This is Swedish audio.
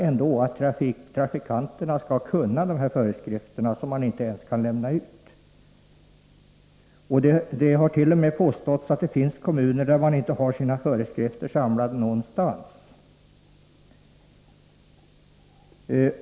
Ändå skall trafikanterna kunna de här föreskrifterna, som man inte ens kan lämna ut. Det hart.o.m. påståtts att det finns kommuner, där man inte har sina föreskrifter samlade någonstans.